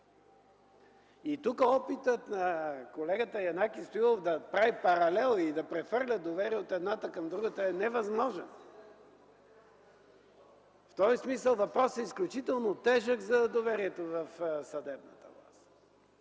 И тук опитът на колегата Янаки Стоилов да прави паралел и да прехвърля доверие от едната към другата е невъзможен. В този смисъл въпросът за доверието в съдебната власт